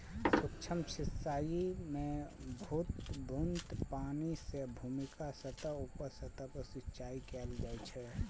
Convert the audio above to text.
सूक्ष्म सिंचाइ मे बुन्न बुन्न पानि सं भूमिक सतह या उप सतह पर सिंचाइ कैल जाइ छै